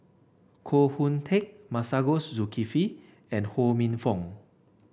Koh Hoon Teck Masagos Zulkifli and Ho Minfong